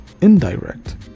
indirect